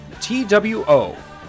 T-W-O